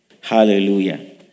Hallelujah